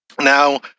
Now